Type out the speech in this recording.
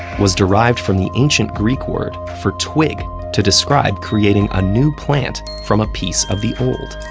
was derived from the ancient greek word for twig to describe creating a new plant from a piece of the old.